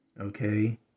Okay